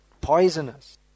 poisonous